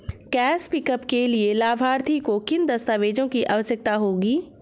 Cash pickup के लिए लाभार्थी को किन दस्तावेजों की आवश्यकता होगी?